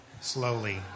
Slowly